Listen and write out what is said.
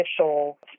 official